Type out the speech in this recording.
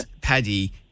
Paddy